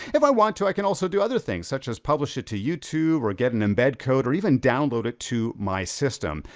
if i want to, i can also do other things, such as publish it to youtube, or get an embed code, or even download it to my system.